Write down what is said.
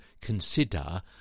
consider